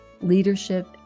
leadership